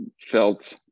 felt